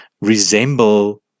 resemble